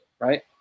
Right